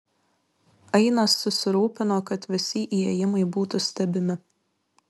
ainas pasirūpino kad visi įėjimai būtų stebimi